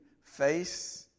face